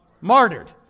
martyred